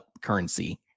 currency